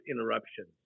interruptions